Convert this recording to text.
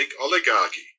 oligarchy